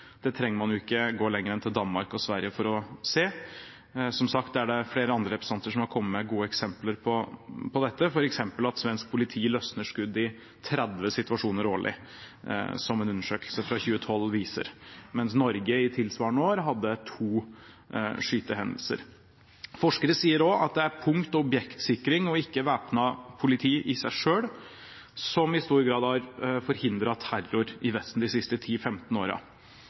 Det trenger man ikke gå lenger enn til Danmark og Sverige for å se. Som sagt er det flere andre representanter som har kommet med gode eksempler på dette, f.eks. at svensk politi løsner skudd i 30 situasjoner årlig, som en undersøkelse fra 2012 viser, mens Norge i tilsvarende år hadde to skytehendelser. Forskere sier også at det er punkt- og objektsikring – og ikke væpnet politi i seg selv – som i stor grad har forhindret terror i Vesten de siste